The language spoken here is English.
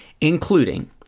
including